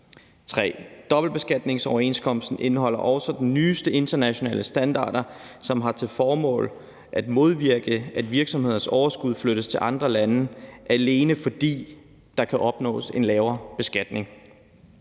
3) Dobbeltbeskatningsoverenskomsten indeholder også de nyeste internationale standarder, som har til formål at modvirke, at virksomheders overskud flyttes til andre lande, alene fordi der kan opnås en lavere beskatning.